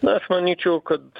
na aš manyčiau kad